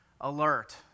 alert